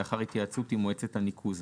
לאחר התייעצות עם מועצת הניקוז,